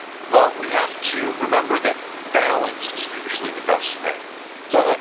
but we have to remember that balance is usually the best thing so,